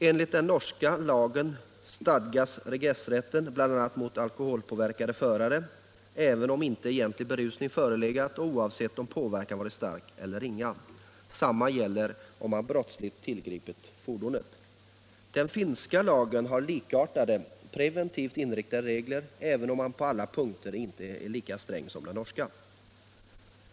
Enligt den norska lagen stadgas regressrätt bl.a. mot alkoholpåverkade förare, även om inte egentlig berusning förelegat och oavsett om påverkan varit stark eller ringa. Detsamma gäller om man brottsligt tillgripit fordonet. Den finska lagen har likartade, preventivt inriktade regler, även om den inte på alla punkter är lika sträng som den norska.